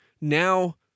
Now